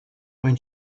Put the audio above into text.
when